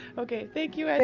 okay, thank you